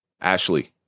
ashley